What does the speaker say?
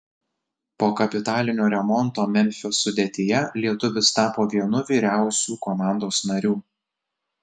po kapitalinio remonto memfio sudėtyje lietuvis tapo vienu vyriausių komandos narių